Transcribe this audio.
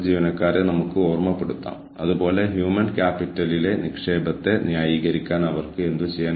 ഇപ്പോൾ ഇതെല്ലാം നിർണ്ണയിക്കുന്നത് സാമൂഹിക സാമ്പത്തിക പാരിസ്ഥിതിക സ്ഥാപനപരവും സാങ്കേതികവുമായ പശ്ചാത്തലത്തിലാണ്